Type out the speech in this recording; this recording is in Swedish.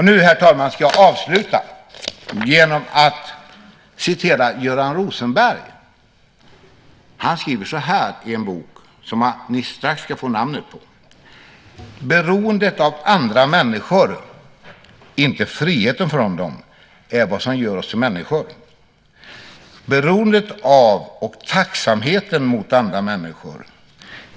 Nu, herr talman, ska jag avsluta genom att citera Göran Rosenberg ur en bok ni strax ska få namnet på: Beroendet av andra människor, inte friheten från dem, är vad som gör oss till människor. Beroendet av och tacksamheten mot andra människor.